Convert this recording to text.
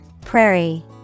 Prairie